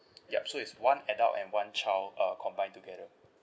yup so it's one adult and one child uh combined together